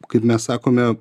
kaip mes sakome